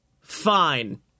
Fine